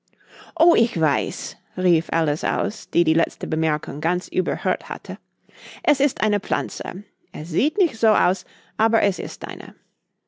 o ich weiß rief alice aus die die letzte bemerkung ganz überhört hatte es ist eine pflanze es sieht nicht so aus aber es ist eine